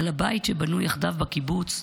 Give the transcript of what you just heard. על הבית שבו יחדיו בקיבוץ,